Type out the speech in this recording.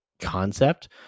concept